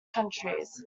countries